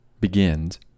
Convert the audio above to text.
begins